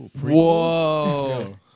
Whoa